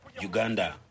Uganda